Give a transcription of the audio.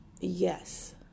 Yes